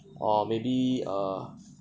or maybe err